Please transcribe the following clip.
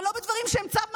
אבל לא בדברים שהם צו מצפוני.